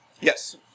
Yes